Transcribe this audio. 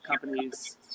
companies